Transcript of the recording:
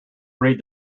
read